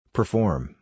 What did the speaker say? Perform